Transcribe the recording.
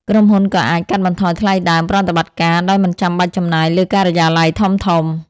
ក្រុមហ៊ុនក៏អាច កាត់បន្ថយថ្លៃដើម ប្រតិបត្តិការ ដោយមិនចាំបាច់ចំណាយលើការិយាល័យធំៗ។